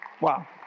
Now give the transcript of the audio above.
Wow